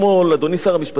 בשניות שנותרו לי,